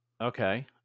okay